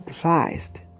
Christ